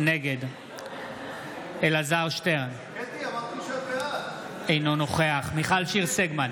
נגד אלעזר שטרן אינו נוכח מיכל שיר סגמן